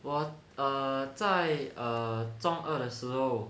我 err 在 err 中二的时候